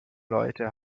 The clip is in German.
leute